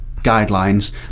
guidelines